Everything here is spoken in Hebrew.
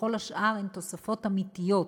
וכל השאר הוא תוספות אמיתיות.